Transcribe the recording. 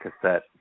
cassette